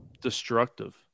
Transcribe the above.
destructive